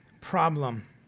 problem